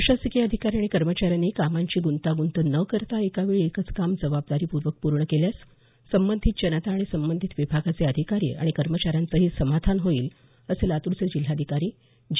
प्रशासकीय अधिकारी आणि कर्मचाऱ्यांनी कामांची गृंतागृंत न करता एकावेळी एकच काम जबाबदारीपूर्वक पूर्ण केल्यास संबंधित जनता आणि संबंधित विभागाचे अधिकारी कर्मचाऱ्यांचंही समाधान होईल असं लातूरचे जिल्हाधिकारी जी